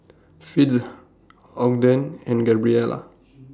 Fitzhugh Ogden and Gabriela